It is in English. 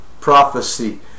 prophecy